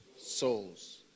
souls